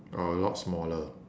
or a lot smaller